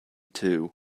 two